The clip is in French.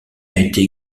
été